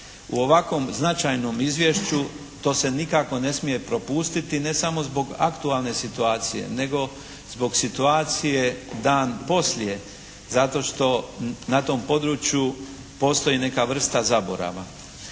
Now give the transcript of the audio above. U ovakvom značajnom izvješću to se nikako ne smije propustiti ne samo zbog aktualne situacije nego zbog situacije «dan poslije» zato što na tom području postoji neka vrsta zaborava.